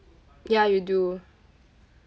ya you do